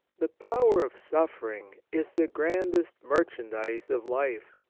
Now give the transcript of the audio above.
the power of suffering is the grandest mer chandise of life,